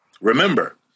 Remember